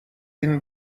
این